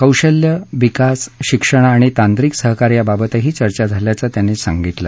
कौशल्य विकास शिक्षण आणि तांत्रिक सहकार्याबाबतही चर्चा झाल्याचं ते म्हणाले